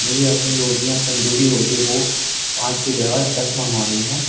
مجھے اپنی روٹیاں تندوری روٹی کو پانچ کی جگہ دس منگوانی ہے